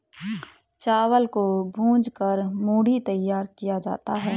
चावल को भूंज कर मूढ़ी तैयार किया जाता है